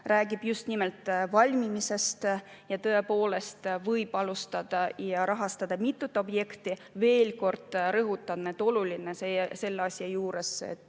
räägibki just nimelt valmimisest, ja tõepoolest võib alustada ja rahastada mitut objekti. Veel kord rõhutan, et selle asja juures on